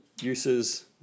uses